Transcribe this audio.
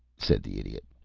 said the idiot.